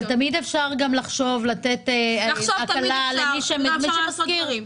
תמיד אפשר לחשוב לתת הקלה למי שמשכיר.